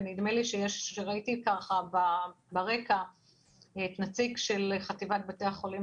ונדמה לי שראיתי ברקע את נציג חטיבת בתי החולים